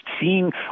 seeing